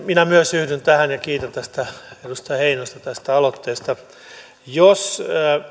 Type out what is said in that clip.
minä myös yhdyn tähän ja kiitän edustaja heinosta tästä aloitteesta jos